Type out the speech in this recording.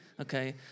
Okay